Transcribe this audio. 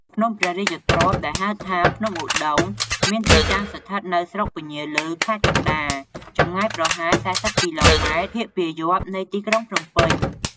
ភ្នំព្រះរាជទ្រព្យ ដែលហៅថា ភ្នំឧត្តុង្គ មានទីតាំង ស្ថិតនៅស្រុកពញាឮ ខេត្តកណ្ដាល ចម្ងាយប្រហែល ៤០ គីឡូម៉ែត្រភាគពាយព្យនៃទីក្រុងភ្នំពេញ។